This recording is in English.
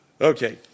Okay